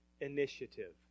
initiative